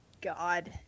God